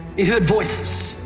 he heard voices.